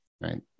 right